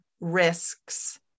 risks